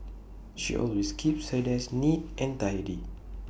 she always keeps her desk neat and tidy